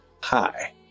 Hi